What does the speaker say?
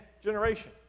generation